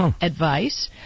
advice